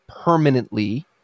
permanently